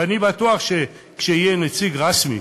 ואני בטוח שכשיהיה נציג רשמי